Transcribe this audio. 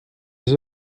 eux